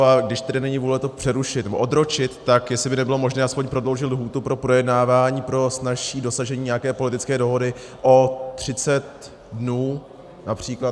A když tedy není vůle to přerušit nebo odročit, tak jestli by nebylo možné aspoň prodloužit lhůtu pro projednávání pro snazší dosažení nějaké politické dohody, o 30 dnů například.